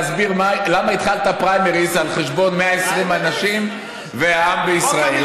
להסביר למה התחלת פריימריז על חשבון 120 אנשים והעם בישראל.